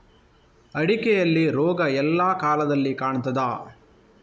ಅಡಿಕೆಯಲ್ಲಿ ರೋಗ ಎಲ್ಲಾ ಕಾಲದಲ್ಲಿ ಕಾಣ್ತದ?